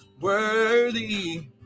Worthy